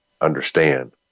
understand